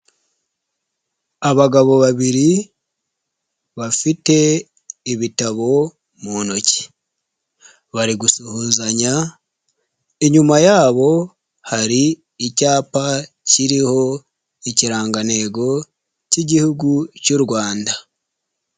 Abagabo babiri bafite ibitabo mu ntoki, bari gusuhuzanya, inyuma yabo hari icyapa kiriho ikirangantego cy'igihugu cy'u Rwanda.